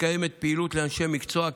מתקיימת פעילות לאנשי מקצוע,